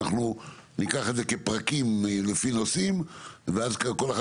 אנחנו ניקח את זה כפרקים לפי נושאים ואז כל אחד